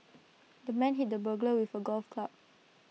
the man hit the burglar with A golf club